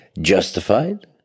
justified